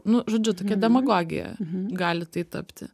nu žodžiu tokia demagogija gali tai tapti